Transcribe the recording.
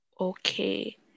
Okay